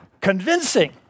convincing